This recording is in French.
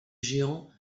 géant